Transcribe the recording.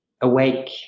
awake